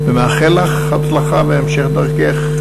ומאחל לך הצלחה בהמשך דרכך.